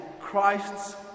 Christ's